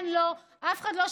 אבל הטיפול,